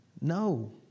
No